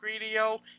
Radio